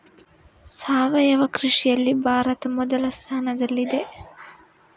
ಸಾವಯವ ಕೃಷಿಯಲ್ಲಿ ಭಾರತ ಮೊದಲ ಸ್ಥಾನದಲ್ಲಿದೆ